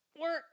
work